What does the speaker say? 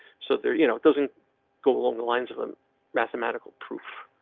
so there you know it doesn't go along the lines of um mathematical proof.